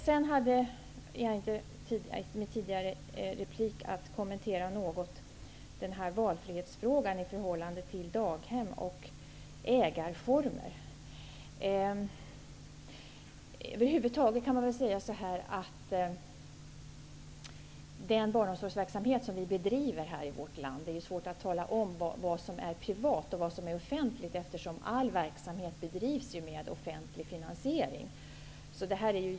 Jag hann inte att kommentera valfrihetsfrågan i min tidigare replik när det gäller daghem och ägarformer. Det är svårt att ange vilken verksamhet som är privat och vilken som är offentlig, eftersom all verksamhet bedrivs med offentlig finansiering.